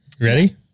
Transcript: Ready